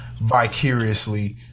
vicariously